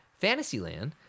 Fantasyland